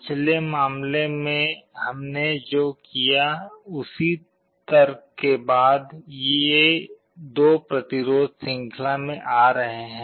पिछले मामले के लिए हमने जो किया उसी तर्क के बाद ये 2 प्रतिरोध श्रृंखला में आ रहे हैं